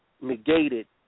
Negated